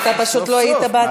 אתה לא היית.